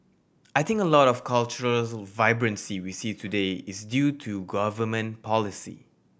I think a lot of the cultural vibrancy we see today is due to government policy